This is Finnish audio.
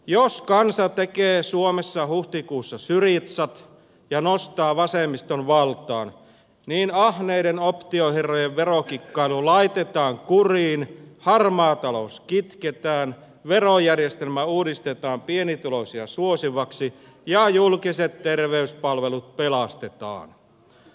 jos kansa tekee suomessa huhtikuussa syrizat ja nostaa vasemmiston valtaan niin ahneiden optioherrojen verokikkailu laitetaan kuriin harmaa talous kitketään verojärjestelmä uudistetaan pienituloisia suosivaksi ja julkiset terveyspalvelut pelastetaan